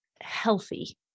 healthy